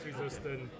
resistant